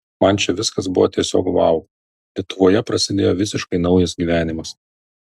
man čia viskas buvo tiesiog vau lietuvoje prasidėjo visiškai naujas gyvenimas